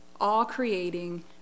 all-creating